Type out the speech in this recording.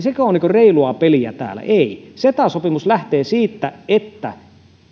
sekö on reilua peliä täällä ei ceta sopimus lähtee siitä että